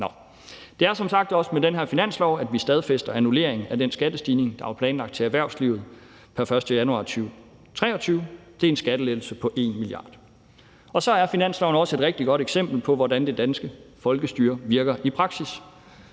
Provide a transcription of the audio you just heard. Det er som sagt også med den her finanslov, at vi stadfæster annulleringen af den skattestigning, der var planlagt til erhvervslivet pr. 1. januar 2023. Det er en skattelettelse på 1 mia. kr. Så er finansloven også et rigtig godt eksempel på, hvordan det danske folkestyre virker i praksis.